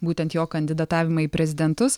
būtent jo kandidatavimą į prezidentus